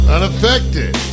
Unaffected